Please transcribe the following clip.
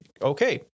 Okay